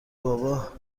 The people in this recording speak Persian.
بابا